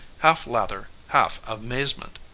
half lather, half amazement.